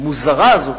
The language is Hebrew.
המוזרה הזאת.